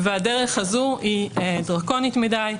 הדרך הזו היא דרקונית מדי.